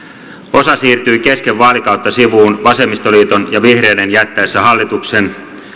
osa siirtyi kesken vaalikautta sivuun vasemmistoliiton ja vihreiden jättäessä hallituksen